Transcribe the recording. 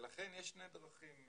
לכן יש שתי דרכים,